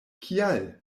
kial